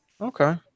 Okay